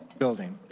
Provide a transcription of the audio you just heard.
building,